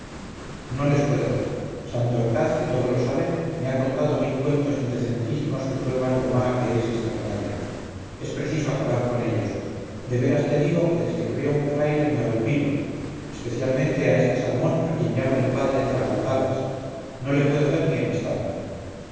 no les puedo ver santorcaz que todo lo sabe me ha contado mil cuentos indecentísimos que prueban lo mala que es esta canalla es preciso acabar con ellos de veras te digo que desde que veo un fraile me horripilo especialmente a este salmón a quien llamo el padre tragaldabas no le puedo ver ni en estampa